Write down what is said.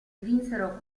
vinsero